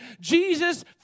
Jesus